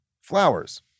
flowers